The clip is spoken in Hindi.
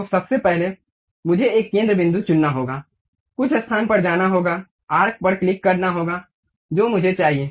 तो सबसे पहले मुझे एक केंद्र बिंदु चुनना होगा कुछ स्थान पर जाना होगा आर्क पर क्लिक करना होगा जो मुझे चाहिए